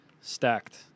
Stacked